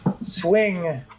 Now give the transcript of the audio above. swing